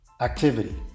activity